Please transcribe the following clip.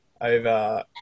over